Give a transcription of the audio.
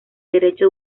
derecho